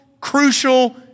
crucial